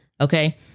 Okay